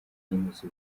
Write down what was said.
zihuza